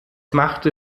machte